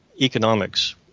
economics